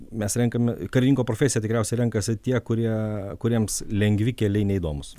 mes renkam karininko profesiją tikriausiai renkasi tie kurie kuriems lengvi keliai neįdomūs